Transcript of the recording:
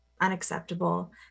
unacceptable